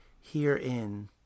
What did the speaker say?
herein